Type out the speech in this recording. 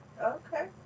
Okay